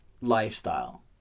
lifestyle